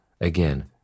again